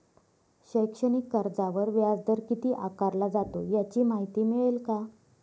शैक्षणिक कर्जावर व्याजदर किती आकारला जातो? याची माहिती मिळेल का?